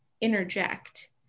interject